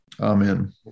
Amen